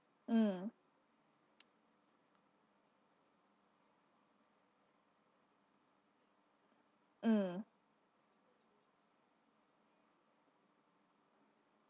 mm mm